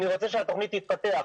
אני רוצה שהתוכנית תתפתח,